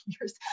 years